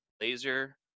laser